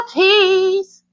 peace